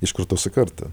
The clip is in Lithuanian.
iš kartos į kartą